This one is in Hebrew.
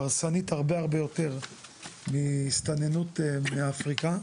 הרסנית הרבה יותר מהסתננות מאפריקה,